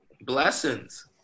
Blessings